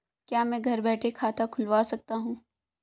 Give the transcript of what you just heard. क्या मैं घर बैठे खाता खुलवा सकता हूँ?